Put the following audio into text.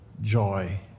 joy